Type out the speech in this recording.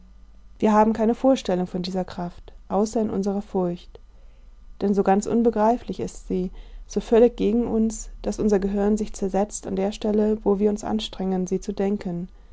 wir haben keine vorstellung von dieser kraft außer in unserer furcht denn so ganz unbegreiflich ist sie so völlig gegen uns daß unser gehirn sich zersetzt an der stelle wo wir uns anstrengen sie zu denken